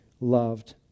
loved